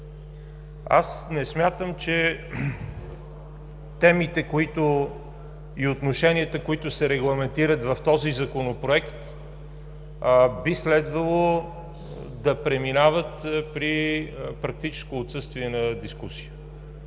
Не смятам, че темите и отношенията, които се регламентират в този Законопроект, би следвало да преминават при практическо отсъствие на дискусия.